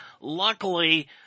Luckily